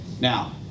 now